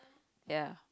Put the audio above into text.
ya